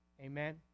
Amen